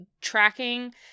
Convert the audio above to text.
tracking